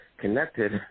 connected